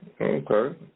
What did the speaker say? Okay